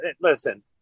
listen